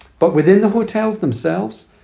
but within the hotels themselves